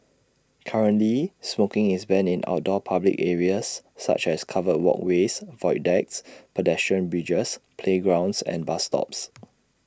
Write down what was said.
currently smoking is banned in outdoor public areas such as covered walkways void decks pedestrian bridges playgrounds and bus stops